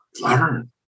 learn